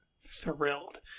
thrilled